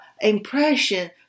impression